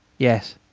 yes,